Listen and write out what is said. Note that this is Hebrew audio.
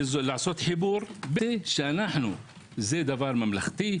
זה דבר ממלכתי,